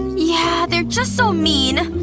yeah, they're just so mean,